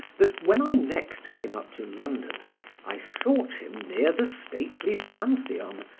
that when i next came up to london i sought him near the stately pantheon,